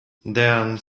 then